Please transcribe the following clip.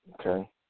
okay